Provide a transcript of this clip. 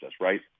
right